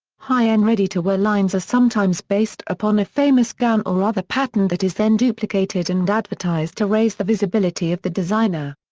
high-end ready-to-wear lines are sometimes based upon a famous gown or other pattern that is then duplicated and advertised to raise the visibility of the designer.